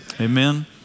amen